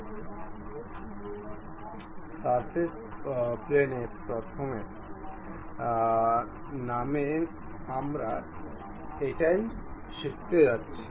reference plane নামে আমরা এটাই শিখতে যাচ্ছি